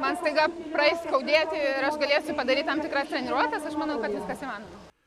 man staiga praeis skaudėti ir aš galėsiu padaryt tam tikras treniruotes aš manau kad viskas įmanoma